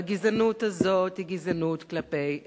והגזענות הזאת היא גזענות כלפי אתיופים,